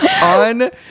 on